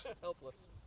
Helpless